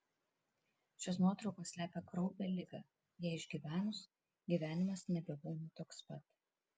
šios nuotraukos slepia kraupią ligą ją išgyvenus gyvenimas nebebūna toks pat